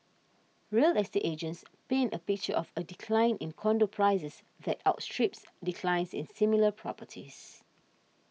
real estate agents paint a picture of a decline in condo prices that outstrips declines in similar properties